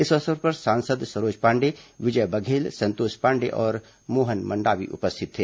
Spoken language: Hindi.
इस अवसर पर सांसद सरोज पांडेय विजय बघेल संतोष पांडेय और मोहन मंडावी उपस्थित थे